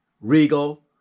Regal